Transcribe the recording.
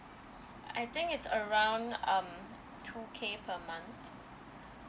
I think it's around um two K per month